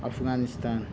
Afghanistan